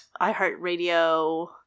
iHeartRadio